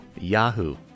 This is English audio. yahoo